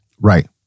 Right